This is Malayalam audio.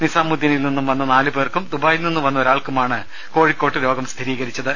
നിസാമുദ്ദീനിൽ നിന്നും വന്ന നാലുപേർക്കും ദുബായിൽനിന്നും വന്ന ഒരാൾക്കുമാണ് കോഴിക്കോട്ട് രോഗം സ്ഥിരീകരിച്ചത്